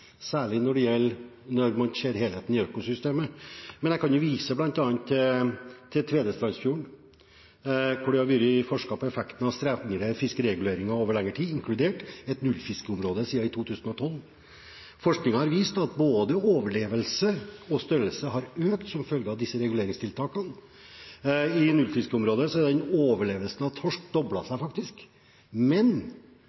særlig når man ser på helheten i økosystemet. Jeg kan vise bl.a. til Tvedestrandsfjorden, der det har vært forsket på effekten av strengere fiskerireguleringer over lengre tid, inkludert et nullfiskeområde, siden 2012. Forskningen har vist at både overlevelse og størrelse har økt som følge av disse reguleringstiltakene. I nullfiskeområdet er overlevelsen for torsk